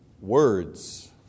words